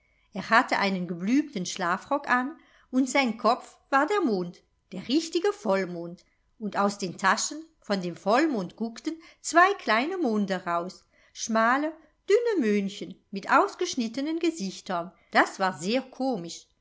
er hatte einen geblümten schlafrock an und sein kopf war der mond der richtige vollmond und aus den taschen von dem vollmond guckten zwei kleine monde raus schmale dünne möndchen mit ausgeschnittenen gesichtern das war sehr komisch